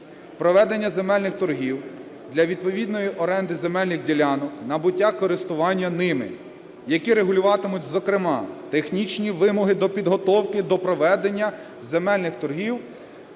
проведення земельних торгів для відповідної оренди земельних ділянок, набуття користування ними, які регулюватимуть, зокрема, технічні вимоги до підготовки до проведення земельних торгів